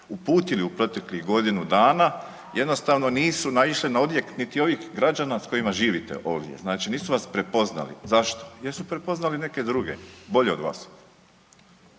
uputili u proteklih godinu dana jednostavno nisu naišle na odjek niti ovih građana s kojima živite ovdje, znači nisu vas prepoznali. Zašto? Jer su prepoznali neke druge, bolje od vas.